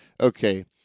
Okay